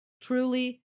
Truly